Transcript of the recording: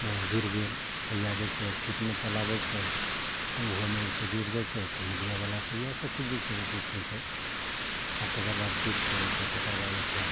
हँ गिर गेल पहिआ जे छै स्पीडमे चलाबै छै तऽ ओहोमे जे छै गिर जाइ छै तऽ मीडिआबला तऽ इएह सब चीज जे छै ओ पूछै छै आ तेकरबाद पुछिके जे छै तेकरबाद ओ फेर